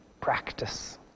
practice